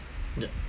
ya